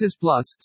Plus